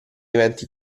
eventi